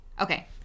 Okay